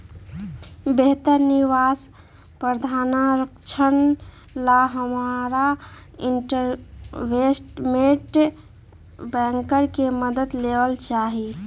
बेहतर निवेश प्रधारक्षण ला हमरा इनवेस्टमेंट बैंकर के मदद लेवे के चाहि